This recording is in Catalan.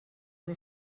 una